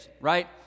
right